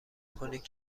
کنید